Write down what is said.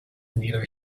neither